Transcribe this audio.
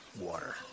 water